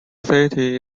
city